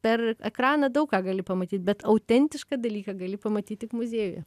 per ekraną daug ką gali pamatyt bet autentišką dalyką gali pamatyt tik muziejuje